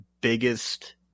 biggest